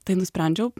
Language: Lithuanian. tai nusprendžiau